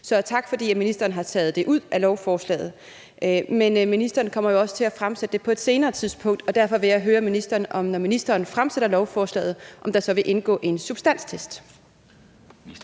Så tak til ministeren for, at han har taget det ud af lovforslaget. Men ministeren kommer jo også til at fremsætte det på et senere tidspunkt, og derfor vil jeg høre ministeren, om der, når ministeren fremsætter forslaget, så vil indgå en substanstest.